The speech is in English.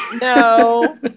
No